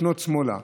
לפנות שמאלה,